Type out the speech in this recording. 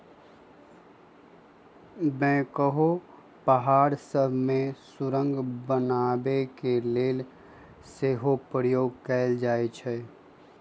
backhoe पहाड़ सभ में सुरंग बनाने के लेल सेहो प्रयोग कएल जाइ छइ